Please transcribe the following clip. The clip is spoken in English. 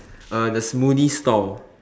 uh the smoothie stall